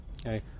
okay